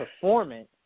performance